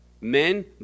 men